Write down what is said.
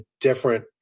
different